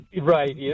Right